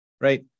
Right